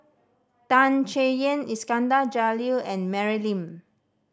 Tan Chay Yan Iskandar Jalil and Mary Lim